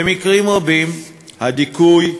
במקרים רבים הדיכוי,